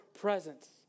presence